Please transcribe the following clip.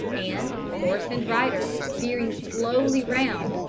and horse and rider, veering slowly round,